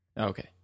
Okay